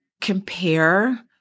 compare